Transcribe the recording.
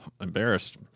embarrassed